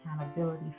Accountability